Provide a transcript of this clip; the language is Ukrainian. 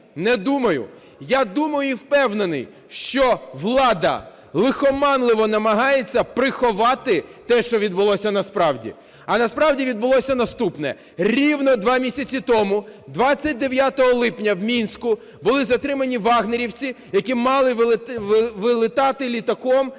Не думаю. Я думаю і впевнений, що влада лихоманливо намагається приховати те, що відбулося насправді. А насправді відбулося наступне. Рівно два місяці тому 29 липня в Мінську були затримані "вагнерівці", які мали вилітати літаком